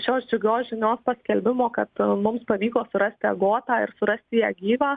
šios džiugios žinios paskelbimo kad mums pavyko surasti agotą ir surasti ją gyvą